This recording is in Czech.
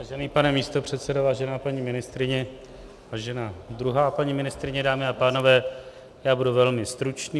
Vážený pane místopředsedo, vážená paní ministryně, vážená druhá paní ministryně, dámy a pánové, já budu velmi stručný.